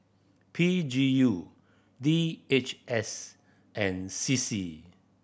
P G U D H S and C C